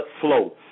flow